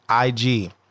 IG